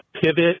pivot